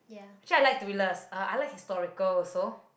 actually I like thrillers uh I like historical also